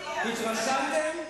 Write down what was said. לא צריכים הכרה.